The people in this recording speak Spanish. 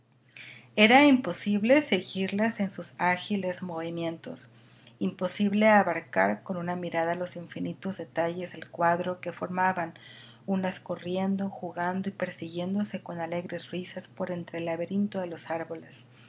era imposibles seguirlas en sus ágiles movimientos imposible abarcar con una mirada los infinitos detalles del cuadro que formaban unas corriendo jugando y persiguiéndose con alegres risas por entre el laberinto de los árboles